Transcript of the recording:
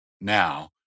now